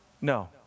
No